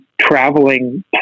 traveling